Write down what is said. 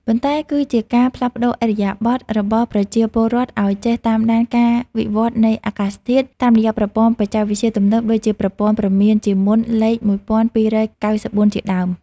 ប៉ុន្តែគឺជាការផ្លាស់ប្តូរឥរិយាបថរបស់ប្រជាពលរដ្ឋឱ្យចេះតាមដានការវិវត្តនៃអាកាសធាតុ តាមរយៈប្រព័ន្ធបច្ចេកវិទ្យាទំនើបដូចជាប្រព័ន្ធព្រមានជាមុនលេខ ១២៩៤ ជាដើម។